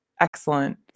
excellent